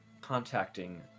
contacting